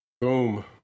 Boom